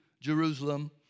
Jerusalem